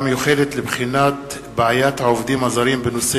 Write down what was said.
המיוחדת לבחינת בעיית העובדים הזרים בעקבות דיון מהיר